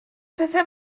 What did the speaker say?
pethau